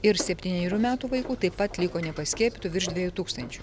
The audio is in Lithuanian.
ir septynerių metų vaikų taip pat liko nepaskiepytų virš dviejų tūkstančių